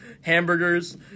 hamburgers